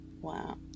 Wow